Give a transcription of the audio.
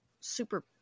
super